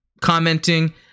commenting